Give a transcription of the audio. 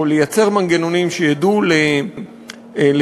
או לייצר מנגנונים שידעו לתקן